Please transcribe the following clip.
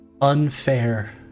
unfair